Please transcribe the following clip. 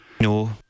No